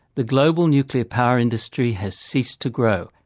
the global nuclear power industry has ceased to grow,